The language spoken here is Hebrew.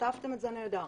כתבתם את זה נהדר,